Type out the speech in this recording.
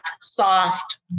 soft